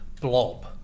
blob